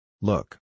Look